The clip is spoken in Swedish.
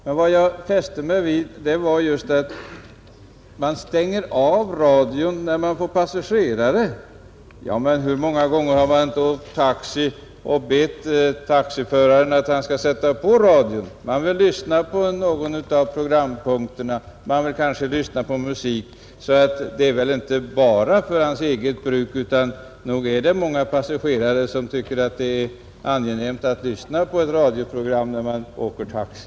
Vad jag emellertid fäste mig vid i föregående anförande var uttalandet att en taxiförare stänger av radion när han får passagerare. Ja men, hur många gånger har man inte åkt taxi och bett taxiföraren att sätta på radion! Man vill lyssna på någon av programpunkterna, kanske musik. Radion är väl således inte enbart för taxiförarens bruk, utan många passagerare tycker att det är angenämt att lyssna på ett radioprogram när de åker taxi.